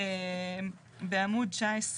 בעמוד 19,